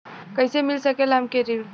कइसे मिल सकेला हमके ऋण?